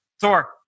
Thor